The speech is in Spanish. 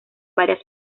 varias